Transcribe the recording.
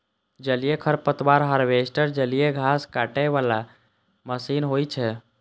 जलीय खरपतवार हार्वेस्टर जलीय घास काटै के मशीन होइ छै